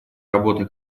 работы